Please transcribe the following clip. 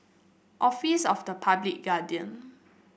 Office of the Public Guardian